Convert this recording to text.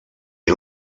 era